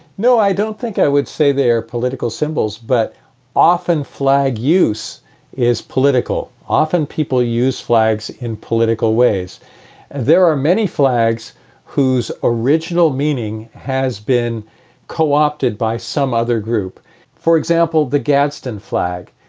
no, i don't think i would say they're political symbols, but often flag use is political. often people use flags in political ways and there are many flags whose original meaning has been co-opted by some other group for example, the gadsden flag.